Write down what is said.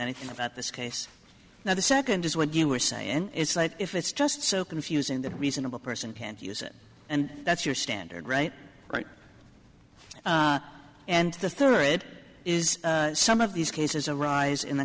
anything about this case now the second is what you were saying it's like if it's just so confusing that reasonable person can't use it and that's your standard right right and the third is some of these cases a rise in the